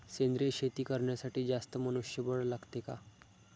सेंद्रिय शेती करण्यासाठी जास्त मनुष्यबळ लागते का?